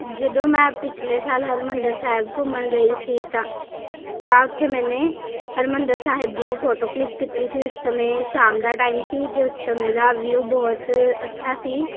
ਜਦੋਂ ਮੈਂ ਪਿਛਲੇ ਸਾਲ ਹਰਿਮੰਦਰ ਸਾਹਿਬ ਘੁੰਮਣ ਗਈ ਸੀ ਤਾਂ ਤਾਂ ਉੱਥੇ ਮੈਨੇ ਹਰਿਮੰਦਰ ਸਾਹਿਬ ਦੀ ਫੋਟੋ ਕਲਿੱਕ ਕੀਤੀ ਸੀ ਉਸ ਸਮੇਂ ਸ਼ਾਮ ਦਾ ਟਾਈਮ ਸੀ ਜਿਸ ਤੋਂ ਮੇਰਾ ਵਿਊ ਬਹੁਤ ਅੱਛਾ ਸੀ